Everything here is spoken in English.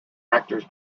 actors